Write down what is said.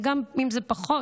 וגם אם זה פחות,